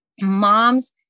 moms